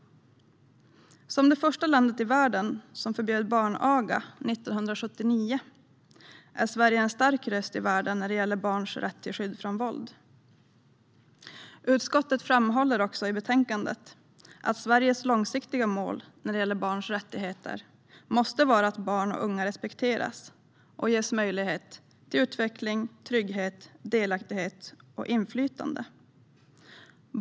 Som första land i världen som förbjöd barnaga, 1979, är Sverige en stark röst i världen när det gäller barns rätt till skydd från våld. Utskottet framhåller också i betänkandet att Sveriges långsiktiga mål när det gäller barns rättigheter måste vara att barn och unga respekteras och ges möjlighet till utveckling, trygghet, delaktighet och inflytande.